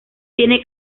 tiene